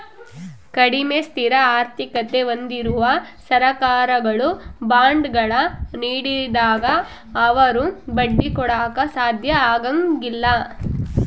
ಕಡಿಮೆ ಸ್ಥಿರ ಆರ್ಥಿಕತೆ ಹೊಂದಿರುವ ಸರ್ಕಾರಗಳು ಬಾಂಡ್ಗಳ ನೀಡಿದಾಗ ಅವರು ಬಡ್ಡಿ ಕೊಡಾಕ ಸಾಧ್ಯ ಆಗಂಗಿಲ್ಲ